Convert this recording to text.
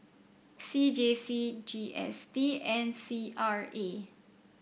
C J C G S T and C R A